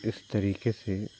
इस तरीके से